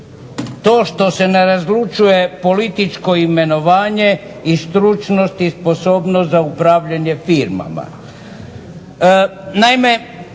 to što se ne razlučuje političko imenovanje i stručnost i sposobnost za upravljanje firmama.